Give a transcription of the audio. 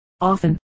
often